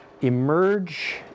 emerge